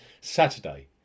Saturday